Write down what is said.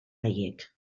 haiek